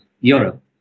Europe